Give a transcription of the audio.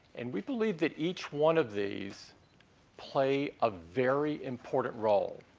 and we believe that each one of these play a very important role.